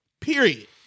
Period